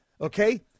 Okay